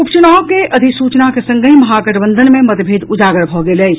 उपचुनाव के अधिसूचनाक संगहि महागठबंधन मे मतभेद उजागर भऽ गेल अछि